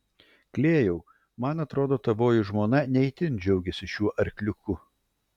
klėjau man atrodo tavoji žmona ne itin džiaugiasi šiuo arkliuku